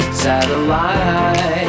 Satellite